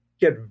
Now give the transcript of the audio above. get